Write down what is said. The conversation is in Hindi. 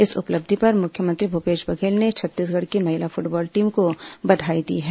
इस उपलब्धि पर मुख्यमंत्री भूपेश बघेल ने छत्तीसगढ़ की महिला फूटबॉल टीम को बधाई दी है